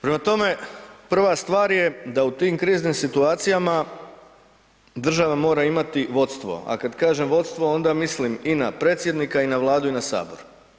Prema tome, prva stvar je da u tim kriznim situacijama država mora imati vodstvo, a kad kažem vodstvo onda mislim i na predsjednika i na Vladu i na sabor.